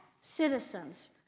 citizens